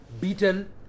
beaten